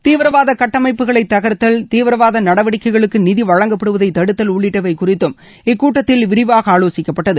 தீவிரவாத கட்டமப்புகளை தகர்த்தல் தீவிரவாத நடவடிக்கைகளுக்கு நிதி வழங்கப்படுவதை தடுத்தல் உள்ளிட்டவை குறித்தும் இக்கூட்டத்தில் விரிவாக ஆலோசிக்கப்பட்டது